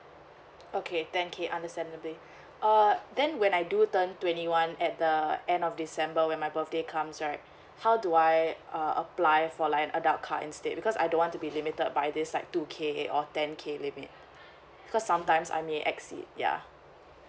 okay thank you I understand err then when I do turn twenty one at the end of december when my birthday comes right how do I err apply for like an adult card instead because I don't want to be limited by this like two K or ten K limit because sometimes I may exceed ya